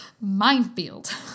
minefield